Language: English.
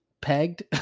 Pegged